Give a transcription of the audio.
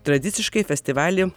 tradiciškai festivalį